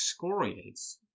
excoriates